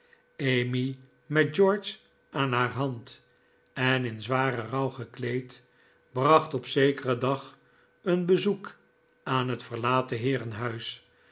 emmy met george aan haar hand en in zwaren rouw gekleed bracht op zekeren dag een bezoek aan het verlaten heerenhuis